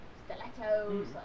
stilettos